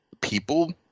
people